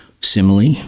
simile